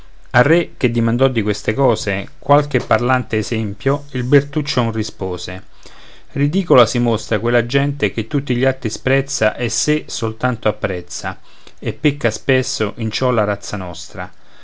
al re che dimandò di queste cose qualche parlante esempio il bertuccion rispose ridicola si mostra quella gente che tutti gli altri sprezza e sé soltanto apprezza e pecca spesso in ciò la razza nostra